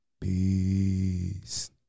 Peace